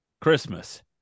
Christmas